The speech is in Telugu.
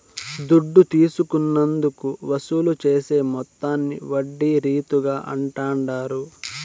దుడ్డు తీసుకున్నందుకు వసూలు చేసే మొత్తాన్ని వడ్డీ రీతుల అంటాండారు